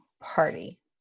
party